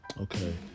okay